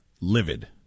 livid